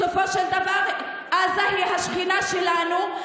בסופו של דבר עזה היא השכנה שלנו,